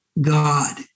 God